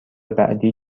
بعدی